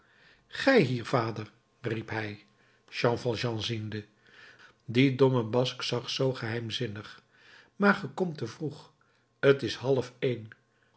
gij hier vader riep hij jean valjean ziende die domme basque zag zoo geheimzinnig maar ge komt te vroeg t is eerst half een